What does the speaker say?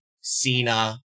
Cena